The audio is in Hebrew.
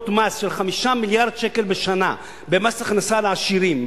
מס של 5 מיליארד שקל בשנה במס הכנסה לעשירים,